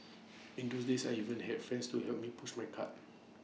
in those days I even had friends to help me push my cart